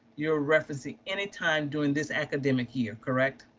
you're referencing any time during this academic year, correct?